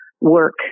work